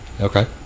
Okay